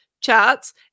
charts